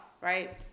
Right